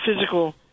physical